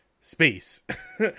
space